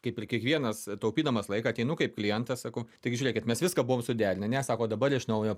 kaip ir kiekvienas taupydamas laiką ateinu kaip klientas sakau taigi žiūrėkit mes viską buvome suderinę ne sako dabar iš naujo